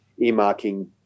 earmarking